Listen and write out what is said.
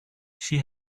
she